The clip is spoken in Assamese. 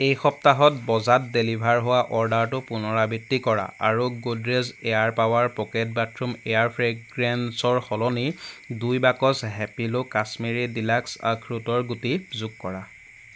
এই সপ্তাহত বজাত ডেলিভাৰ হোৱা অৰ্ডাৰটোৰ পুনৰাবৃত্তি কৰা আৰু Godrej air power pocket bathroom air ফ্ৰেগ্ৰেন্সৰ সলনি দুই বাকচ হেপিলো কাশ্মীৰী ডিলাক্স আখৰোটৰ গুটি যোগ কৰা